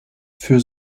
für